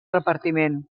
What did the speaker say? repartiment